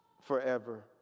forever